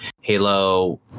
Halo